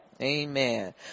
Amen